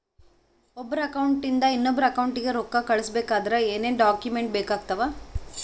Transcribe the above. ಒಬ್ಬರ ಅಕೌಂಟ್ ಇಂದ ಇನ್ನೊಬ್ಬರ ಅಕೌಂಟಿಗೆ ರೊಕ್ಕ ಕಳಿಸಬೇಕಾದ್ರೆ ಏನೇನ್ ಡಾಕ್ಯೂಮೆಂಟ್ಸ್ ಬೇಕಾಗುತ್ತಾವ?